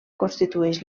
constitueix